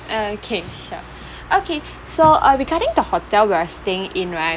okay sure okay so uh regarding the hotel we're staying in right